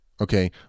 Okay